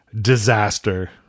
disaster